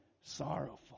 sorrowful